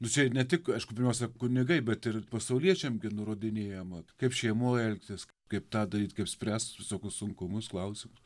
nu čia ne tik aišku pirmiausia kunigai bet ir pasauliečiam gi nurodinėjama kaip šeimoj elgtis kaip tą daryt kaip spręst visokius sunkumus klausimus